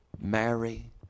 Mary